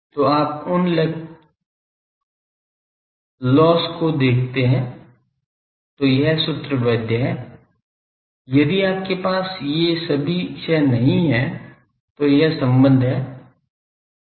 तो आप उन क्षयों को लेते हैं तो यह सूत्र वैध है यदि आपके पास ये सभी क्षय नहीं हैं तो यह संबंध है